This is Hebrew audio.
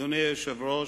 אדוני היושב-ראש,